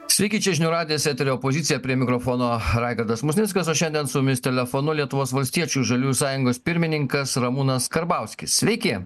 taigi čia žinių radijas eterio poziciją prie mikrofono raigardas musnickas o šiandien su mumis telefonu lietuvos valstiečių žaliųjų sąjungos pirmininkas ramūnas karbauskis sveiki